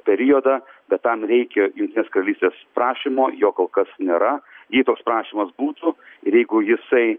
periodą bet tam reikia jungtinės karalystės prašymo jo kol kas nėra jei toks prašymas būtų ir jeigu jisai